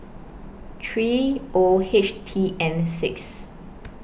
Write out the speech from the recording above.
three O H T N six